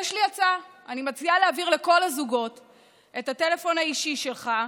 יש לי הצעה: אני מציעה להעביר לכל הזוגות את הטלפון האישי שלך,